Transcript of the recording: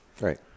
right